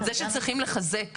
זה שצריכים לחזק